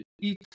eat